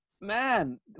Man